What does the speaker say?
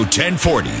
1040